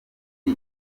ibi